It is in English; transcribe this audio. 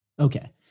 Okay